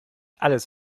alles